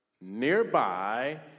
nearby